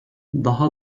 daha